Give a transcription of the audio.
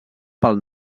pel